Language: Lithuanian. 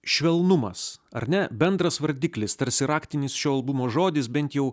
švelnumas ar ne bendras vardiklis tarsi raktinis šio albumo žodis bent jau